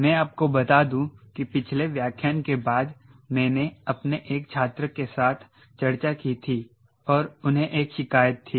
मैं आपको बता दूं कि पिछले व्याख्यान के बाद मैंने अपने एक छात्र के साथ चर्चा की थी और उन्हें एक शिकायत थी